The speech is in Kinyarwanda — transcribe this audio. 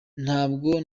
ntabwo